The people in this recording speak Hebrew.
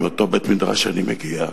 מאותו בית-מדרש שאני מגיע ממנו,